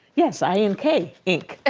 yes, i n k, ink. ah